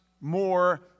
more